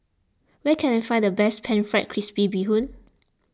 where can I find the best Pan Fried Crispy Bee Hoon